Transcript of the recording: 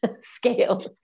scale